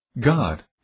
God